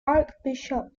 archbishop